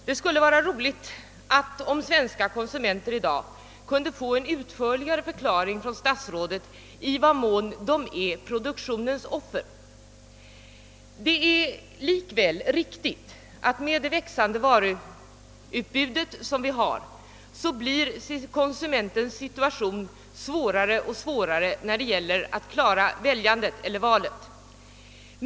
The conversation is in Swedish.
Det skulle vara lämpligt om de svenska konsumenterna i dag kunde av statsrådet få en utförlig förklaring till att de blivit produktionens offer. Det är likväl riktigt att konsumentens situation i och med det växande varuutbudet blir svårare och svårare när det gäller att klara valet.